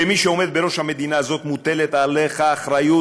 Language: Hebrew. כמי שעומד בראש המדינה הזאת מוטלת עליך אחריות,